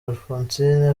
alphonsine